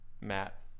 Matt